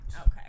Okay